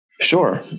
sure